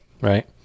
Right